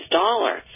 dollar